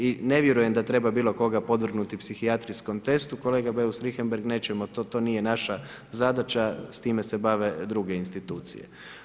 I ne vjerujem da treba bilo koga podvrgnuti psihijatrijskom testu, kolega Beus Richembergh, nećemo to, to nije naša zadaća, s time se bave druge institucije.